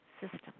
system